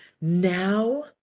now